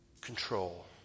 control